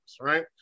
Right